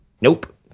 Nope